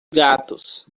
gatos